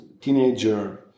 teenager